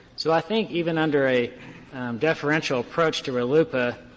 so i think even under a deferential approach to rluipa,